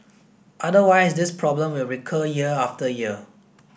otherwise this problem will recur year after year